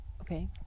Okay